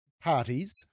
parties